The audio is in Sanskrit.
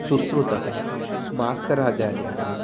सुश्रुतः भास्कराचार्यः